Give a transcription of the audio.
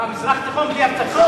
מה, מזרח תיכון בלי הפצצות?